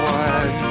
one